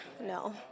no